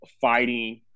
fighting